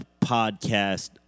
podcast